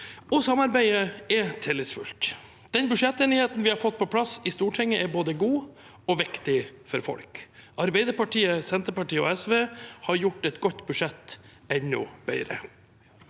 og samarbeidet er tillitsfullt. Den budsjettenigheten vi har fått på plass i Stortinget, er både god og viktig for folk. Arbeiderpartiet, Senterpartiet og SV har gjort et godt budsjett enda bedre.